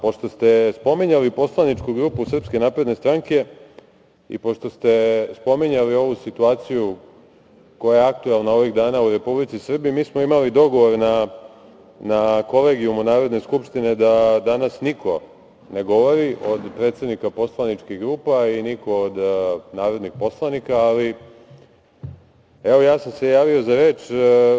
Pošto ste spominjali poslaničku grupu Srpske napredne stranke i pošto ste spominjali ovu situaciju koja je aktuelna ovih dana u Republici Srbiji, mi smo imali dogovor na Kolegijumu Narodne skupštine da danas niko ne govori od predsedničkih grupa i niko od narodnih poslanika, ali ja sam se javio za reč.